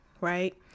right